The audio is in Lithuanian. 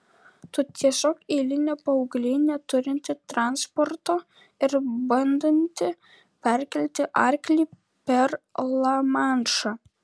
tu tiesiog eilinė paauglė neturinti transporto ir bandanti perkelti arklį per lamanšą